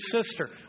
sister